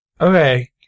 Okay